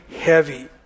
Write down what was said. heavy